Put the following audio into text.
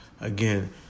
Again